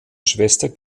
schwester